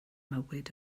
mywyd